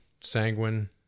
sanguine